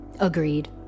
Agreed